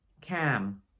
cam